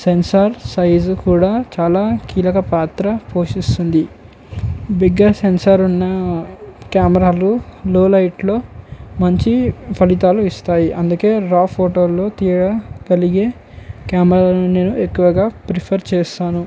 censor size కూడా చాలా కీలక పాత్ర పోషిస్తుంది బిగ్గర్ సెన్సార్ ఉన్న కెమెరాలు లో లైట్లో మంచి ఫలితాలు ఇస్తాయి అందుకని రా ఫోటోలలో తీయ కలిగే కెమెరాను నేను ఎక్కువగా ప్రిఫర్ చేస్తాను